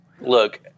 Look